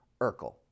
Urkel